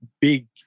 big